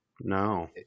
No